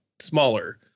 smaller